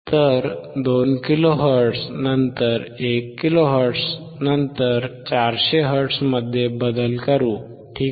तर 2 kilohertz नंतर 1 kilohertz नंतर 400 हर्ट्झमध्ये बदल करू ठीक आहे